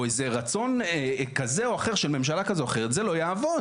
או איזה רצון כזה או אחר של ממשלה כזו או אחרת זה לא יעבוד.